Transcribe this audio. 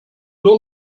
nur